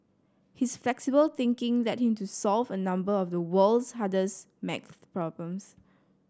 his flexible thinking led him to solve a number of the world's hardest maths problems